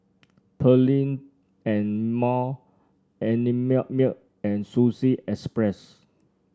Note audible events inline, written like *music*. Perllini and Mel and *unintelligible* milk and Sushi Express